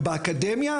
ובאקדמיה,